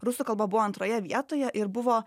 rusų kalba buvo antroje vietoje ir buvo